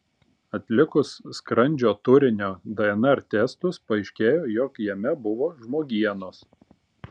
atlikus skrandžio turinio dnr testus paaiškėjo jog jame buvo žmogienos